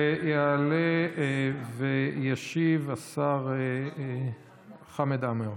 יעלה וישיב השר חמד עמאר.